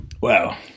Wow